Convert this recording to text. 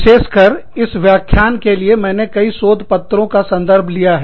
विशेष कर इस व्याख्यान के लिए मैंने कई शोध पत्रों का संदर्भ लिया है